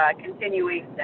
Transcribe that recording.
continuing